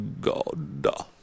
God